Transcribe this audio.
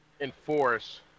enforce